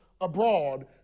abroad